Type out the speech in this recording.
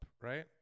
right